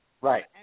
Right